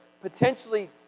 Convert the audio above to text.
potentially